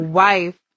wife